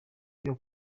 ibyo